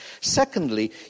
Secondly